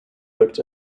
worked